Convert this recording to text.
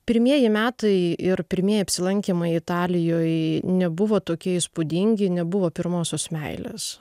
pirmieji metai ir pirmieji apsilankymai italijoj nebuvo tokie įspūdingi nebuvo pirmosios meilės